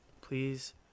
Please